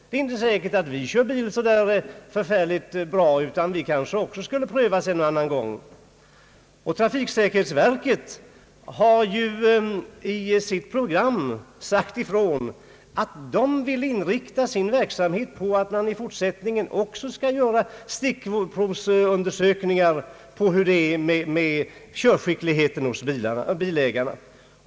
Det är inte säkert att vi kör bil så förfärligt bra. Vi kanske också borde prövas en och annan gång. Trafiksäkerhetsverket har i sitt program sagt ifrån att man vill inrikta sin verksamhet på att i fortsättningen också göra stickprovsundersökningar på hur det är med körskickligheten hos bilägarna.